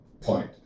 point